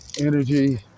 energy